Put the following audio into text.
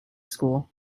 school